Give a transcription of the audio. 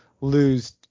lose